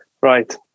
Right